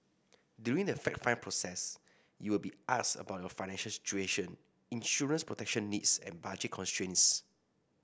during the fact find process you will be asked about your financial situation insurance protection needs and budget constraints